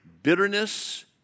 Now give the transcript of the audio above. bitterness